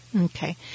Okay